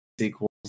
sequels